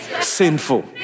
Sinful